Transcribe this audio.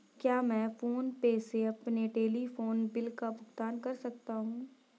क्या मैं PhonePe से अपने टेलीफोन बिल का भुगतान कर सकता हूँ?